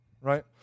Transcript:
right